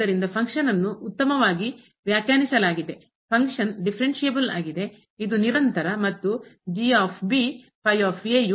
ಆದ್ದರಿಂದ ಫಂಕ್ಷನ್ ಅನ್ನು ಕಾರ್ಯವನ್ನು ಉತ್ತಮವಾಗಿ ವ್ಯಾಖ್ಯಾನಿಸಲಾಗಿದೆ ಫಂಕ್ಷನ್ ಕಾರ್ಯವು ದಿಫರೆನ್ಸ್ಸಿಬಲ್ ಆಗಿದೆ ಇದು ನಿರಂತರ ಮತ್ತು ಯು ಗೆ ಸಮಾನವಾಗಿರುತ್ತದೆ